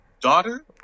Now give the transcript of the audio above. daughter